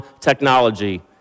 technology